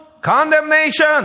condemnation